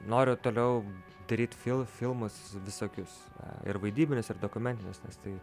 noriu toliau daryt fil filmus visokius ir vaidybinius ir dokumentinius nes tai